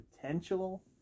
potential